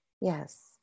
Yes